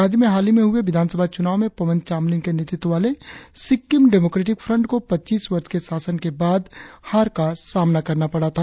राज्य में हाल ही में हुए विधानसभा चुनाव में पवन चामलिंग के नेतृत्व वाले सिक्किम डेमोक्रेटिक फ्रंट को पच्चीस वर्ष के शासन के बाद हार का सामना करना पड़ा था